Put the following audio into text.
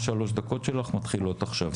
שלוש הדקות שלך מתחילות עכשיו.